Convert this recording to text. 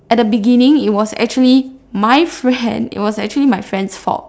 at the beginning it was actually my friend it was actually my friend's fault